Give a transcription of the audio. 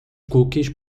cookies